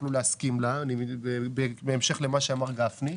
שיוכלו להסכים לה, בהמשך למה שאמר גפני,